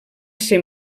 ser